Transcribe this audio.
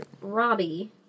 Robbie